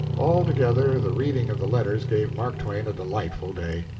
altogether, the reading of the letters gave mark twain a delightful day.